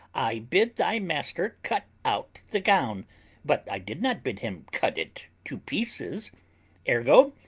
i bid thy master cut out the gown but i did not bid him cut it to pieces ergo,